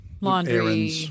laundry